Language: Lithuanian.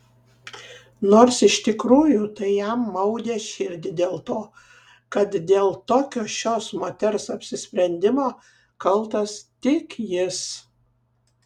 nors iš tikrųjų tai jam maudė širdį dėl to kad dėl tokio šios moters apsisprendimo kaltas tik jis